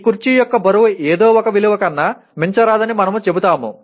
ఈ కుర్చీ యొక్క బరువు ఎదో ఒక విలువ కన్నా మించరాదని మనము చెబుతాము